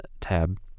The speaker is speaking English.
tab